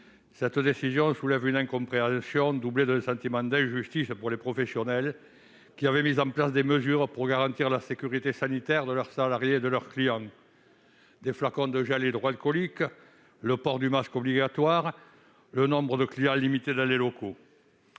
Cette décision soulève une incompréhension doublée d'un sentiment d'injustice pour des professionnels qui avaient mis en place des mesures garantissant la sécurité sanitaire de leurs salariés et de leurs clients : flacons de gel hydroalcoolique, port du masque obligatoire, nombre limité de clients dans les locaux